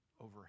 over